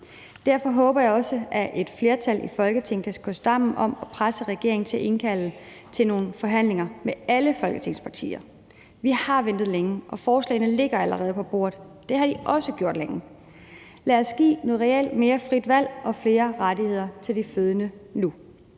Derfor håber jeg også, at et flertal i Folketinget kan stå sammen om at presse regeringen til at indkalde til nogle forhandlinger med alle Folketingets partier. Vi har ventet længe, og forslagene ligger allerede på bordet. Det har de også gjort længe. Lad os give noget mere reelt frit valg og flere rettigheder til de fødende nu.